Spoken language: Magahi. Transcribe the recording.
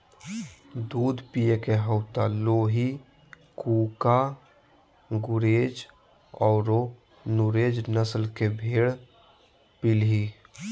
दूध पिये के हाउ त लोही, कूका, गुरेज औरो नुरेज नस्ल के भेड़ पालीहीं